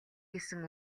гэсэн